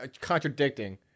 contradicting